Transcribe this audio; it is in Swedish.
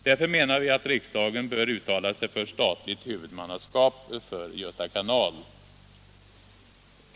Därför menar vi att riksdagen bör uttala sig för statligt huvudmannaskap för Göta kanal.